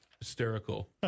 hysterical